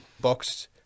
boxed